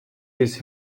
these